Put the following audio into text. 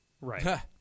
Right